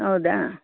ಹೌದಾ